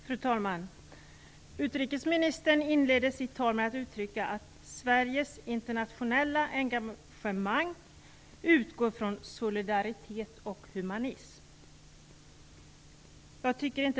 Fru talman! Utrikesministern inledde sitt tal med att uttrycka att Sveriges internationella engagemang utgår från solidaritet och humanism.